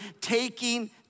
taking